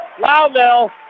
Loudville